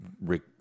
Rick